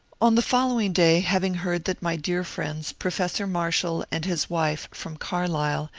on the following day, having heard that my dear friends professor marshall and his wife, from carlisle,